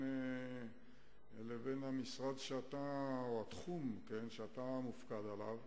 לבין התחום שאתה מופקד עליו,